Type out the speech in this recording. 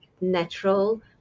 natural